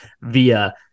via